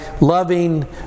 loving